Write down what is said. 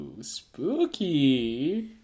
Spooky